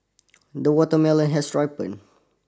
the watermelon has ripen